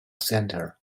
center